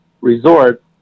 resort